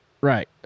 right